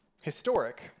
historic